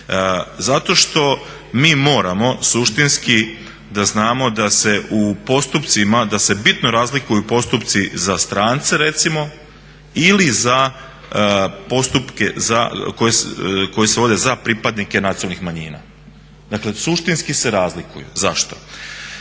Zato što mi moramo suštinski znati da se u postupcima da se bitno razlikuju postupci za strance recimo ili za postupke koji se vode za pripadnike nacionalnih manjina, dakle suštinski se razlikuju. Zašto?